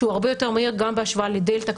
שהוא הרבה יותר מהיר גם בהשוואה לדלתא,